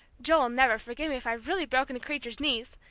joe'll never forgive me if i've really broken the creature's knees